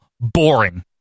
boring